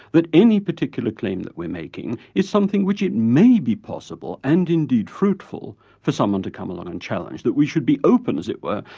that any particular claim that we're making is something which it may be possible, and indeed fruitful, for someone to come along and challenge that we should be open, as it were,